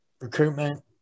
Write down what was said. recruitment